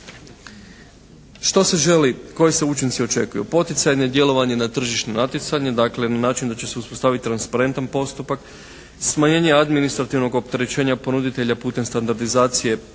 Što se želi, koji se učinci očekuju? Poticanje i djelovanje na tržišno natjecanje, dakle na način da će se uspostaviti transparentan postupak, smanjenje administrativnog opterećenja ponuditelja putem standardizacije